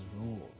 rules